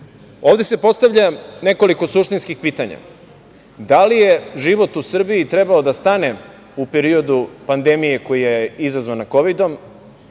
se postavlja nekoliko suštinskih pitanja. Da li je život u Srbiji trebao da stane u periodu pandemije koja je izazvana Kovidom